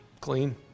clean